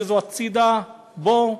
זוזו הצדה, בוא,